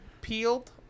peeled